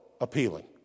appealing